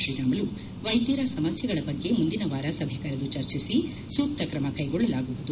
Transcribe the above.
ಶ್ರೀರಾಮುಲು ವೈದ್ಯರ ಸಮಸ್ಯೆಗಳ ಬಗ್ಗೆ ಮುಂದಿನ ವಾರ ಸಭೆ ಕರೆದು ಚರ್ಚಿಸಿ ಸೂಕ್ತ ಕ್ರಮ ಕೈಗೊಳ್ಳಲಾಗುವುದು